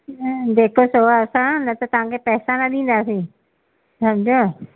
अ जेको सवा असां न त तव्हांखे पैसा न ॾींदासीं सम्झव